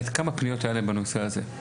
כמה פניות היו להם בנושא הזה.